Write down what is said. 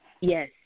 Yes